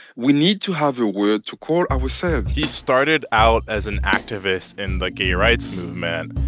we need to have a word to call ourselves he started out as an activist in the gay rights movement,